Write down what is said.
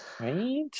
Right